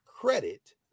credit